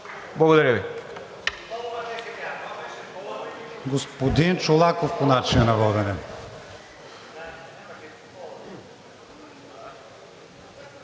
Благодаря Ви.